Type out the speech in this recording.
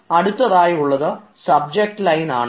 അടുത്തതായി ഉള്ളത് subject line ആണ്